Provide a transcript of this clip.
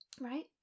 right